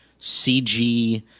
CG